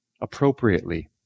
appropriately